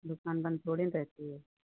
जो बन्द थोड़े ना रहती है